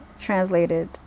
translated